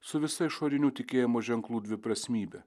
su visa išorinių tikėjimo ženklų dviprasmybe